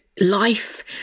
life